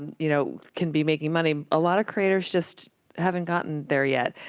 you know, can be making money, a lot of creators just haven't gotten there yet.